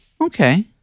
Okay